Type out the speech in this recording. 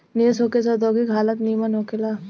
निवेश होखे से औद्योगिक हालत निमन होखे ला